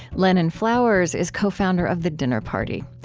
lennon flowers is co-founder of the dinner party.